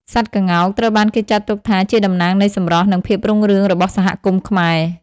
សត្វក្ងោក ត្រូវបានគេចាត់ទុកថាជាតំណាងនៃសម្រស់ និងភាពរុងរឿងរបស់សហគមន៍ខ្មែរ។